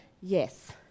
Yes